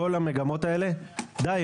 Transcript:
כל המגמות האלה די,